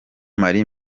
marie